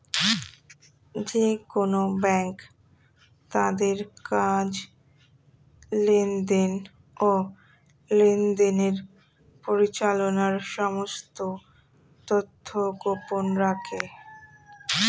যেকোন ব্যাঙ্ক তাদের কাজ, লেনদেন, ও লেনদেনের পরিচালনার সমস্ত তথ্য গোপন রাখে